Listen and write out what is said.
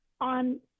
on